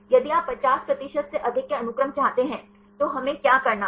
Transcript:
यदि आप 50 प्रतिशत से अधिक के अनुक्रम चाहते हैं तो हमें क्या करना है